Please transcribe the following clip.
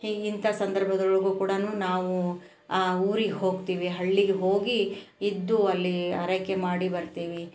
ಹೀಗೆ ಇಂಥ ಸಂದರ್ಭದೊಳಗು ಕೂಡ ನಾವು ಆ ಊರಿಗೆ ಹೋಗ್ತೀವಿ ಹಳ್ಳಿಗೆ ಹೋಗಿ ಇದ್ದು ಅಲ್ಲಿ ಆರೈಕೆ ಮಾಡಿ ಬರ್ತೀವಿ